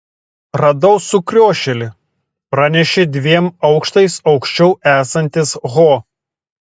radau sukriošėlį pranešė dviem aukštais aukščiau esantis ho